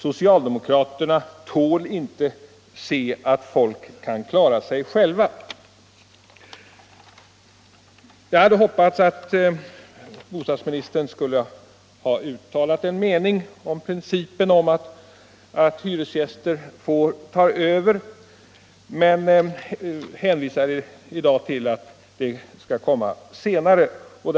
—-- Socialdemokraterna tål inte se att folk kan klara sig själva.” Jag hade hoppats att bostadsministern skulle ha uttalat sin mening om principen om att hyresgäster får ta över hus, men han hänvisade i dag till att det skall komma ett uttalande senare.